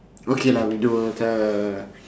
okay lah we do the